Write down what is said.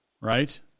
right